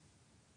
שלכם?